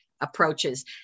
approaches